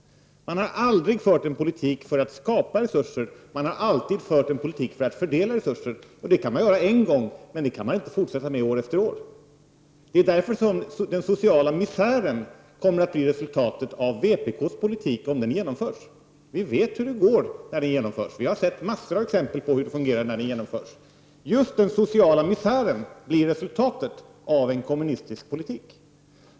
Man har aldrig fört en politik för att skapa resurser, men man har alltid fört en politik för att fördela resurser. Det kan man göra en gång, men det går inte att fortsätta med det år efter år. Därför blir resultatet av vpk:s politik social misär, om den genomförs. Vi har sett hur det går när den genomförs. Vi har sett massor med exempel på hur det fungerar när vpk:s politik genomförs. Just den sociala misären blir resultatet av en kommunistisk politik.